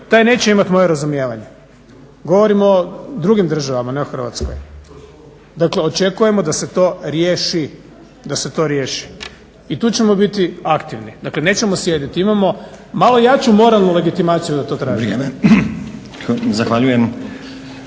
taj neće imati moje razumijevanje, govorimo o drugim državama ne o Hrvatskoj. Dakle, očekujemo da se to riješi, da se to riješi. I tu ćemo biti aktivni, dakle nećemo sjediti. Imamo malo jaču moralnu legitimaciju da to tražimo.